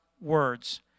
words